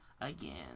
again